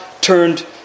turned